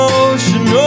ocean